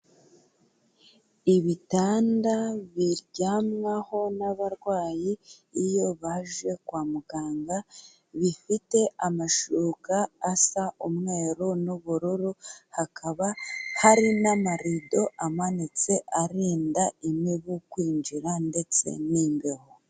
Ibitanda biryamwaho n'abarwayi iyo baje kwa muganga, bifite amashuka asa umweru n'ubururu, hakaba hari n'amarido amanitse arinda imibu kwinjira ndetse n'imbeho.